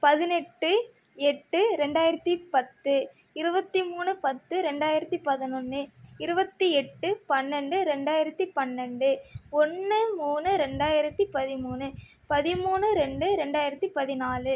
பதினெட்டு எட்டு ரெண்டாயிரத்தி பத்து இருபத்தி மூணு பத்து ரெண்டாயிரத்தி பதினொன்னு இருபத்தி எட்டு பன்னெண்டு ரெண்டாயிரத்தி பன்னெண்டு ஒன்று மூணு ரெண்டாயிரத்தி பதிமூணு பதிமூணு ரெண்டு ரெண்டாயிரத்தி பதினாலு